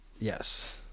Yes